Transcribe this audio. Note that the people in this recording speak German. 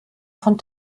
von